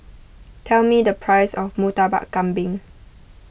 tell me the price of Murtabak Kambing